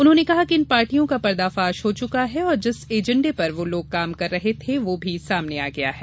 उन्होंने कहा कि इन पार्टियों का पर्दाफाश हो चुका है और जिस एजेंडे पर वो लोग काम कर रहे थे वो भी सामने आ गया है